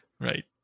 Right